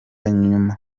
nyuma